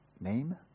name